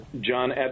John